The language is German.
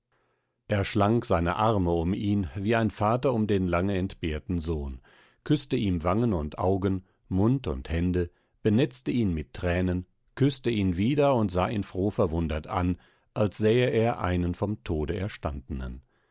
er schlang seine arme um ihn wie ein vater um den lange entbehrten sohn küßte ihm wangen und augen mund und hände benetzte ihn mit thränen küßte ihn wieder und sah ihn frohverwundert an als sähe er einen vom tode erstandenen